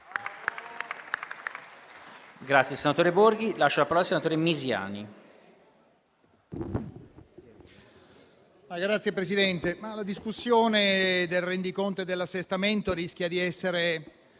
la discussione del rendiconto e dell'assestamento rischia di essere